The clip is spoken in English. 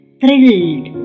thrilled